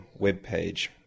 webpage